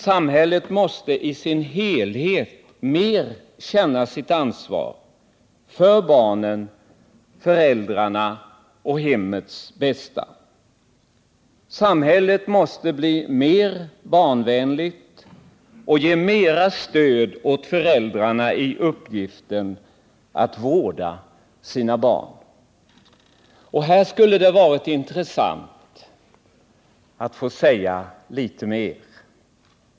Samhället måste i sin helhet mer känna sitt ansvar för barnen, föräldrarna och hemmen. Samhället måste bli mer barnvänligt och ge bättre stöd åt föräldrarna i deras uppgift att vårda sina barn. Här skulle det vara intressant att få säga litet mer.